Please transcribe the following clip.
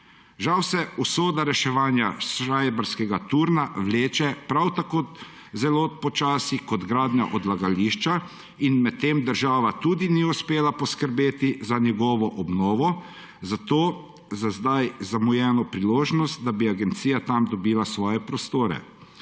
Žal se usoda reševanja Šrajbarskega turna vleče prav tako zelo počasi kot gradnja odlagališča in medtem država tudi ni uspela poskrbeti za njegovo obnovo, zato je za zdaj zamujena priložnost, da bi agencija tam dobila svoje prostore.